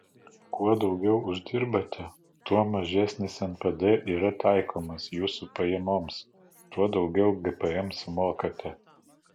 kuo daugiau uždirbate tuo mažesnis npd yra taikomas jūsų pajamoms tuo daugiau gpm sumokate